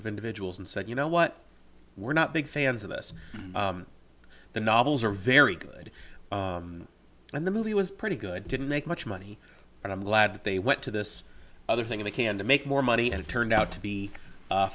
of individuals and said you know what we're not big fans of this the novels are very good and the movie was pretty good didn't make much money but i'm glad that they went to this other thing they can to make more money and it turned out to be